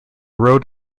road